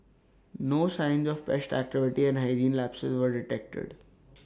no signs of pest activity and hygiene lapses were detected